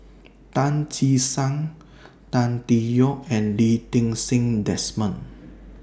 Tan Che Sang Tan Tee Yoke and Lee Ti Seng Desmond